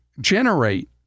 generate